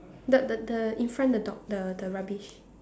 the the the in front the dog the the rubbish